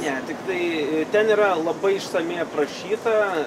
ne tiktai ten yra labai išsamiai aprašyta